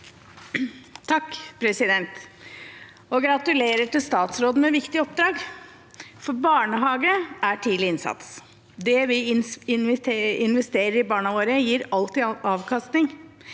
(H) Gratulerer til statsråden med et viktig oppdrag! Barnehage er tidlig innsats. Det vi investerer i barna våre, gir alltid avkastning.